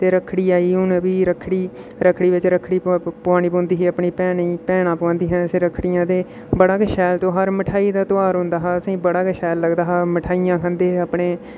ते रक्खड़ी आइयै ई हून फ्ही रक्खड़ी रक्खड़ी बिच्च रक्खड़ी पुआनी पौंदी ही अपनी भैनें ई भैनां पुआंदियां हियां असें ई रक्खड़ियां ते बड़ा किश शैल ध्यार मठेआई दा ध्यार होंदा हा असें ई बड़ा गै शैल लगदा हा मठाइयां खंदे हे अपने